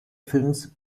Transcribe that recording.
films